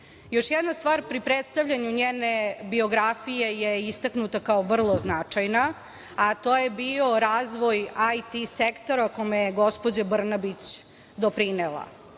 jedna stvar pri predstavljanju njene biografije je istaknuta kao vrlo značajna ,a to je bio razvoj IT sektora, kome je gospođa Brnabić doprinela. Vi